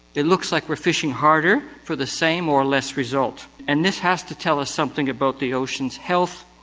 it looks like we're fishing harder for the same or less result, and this has to tell us something about the oceans' health.